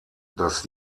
das